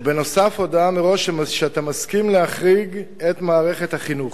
ונוסף על כך הודעה מראש שאתה מסכים להחריג את מערכת החינוך.